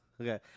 Okay